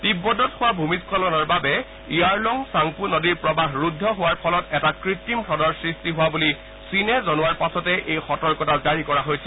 তিববতত হোৱা ভূমিশ্খলনৰ বাবে য়াৰলং ছাংপো নদীৰ প্ৰৱাহ ৰুদ্ধ হোৱাৰ ফলত এটা কুৱিম হুদৰ সৃষ্টি হোৱা বুলি চীনে জনোৱাৰ পাছতে এই সতৰ্কতা জাৰি কৰা হৈছিল